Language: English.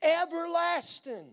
everlasting